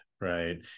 right